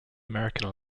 american